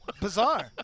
bizarre